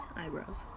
eyebrows